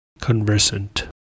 conversant